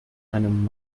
einem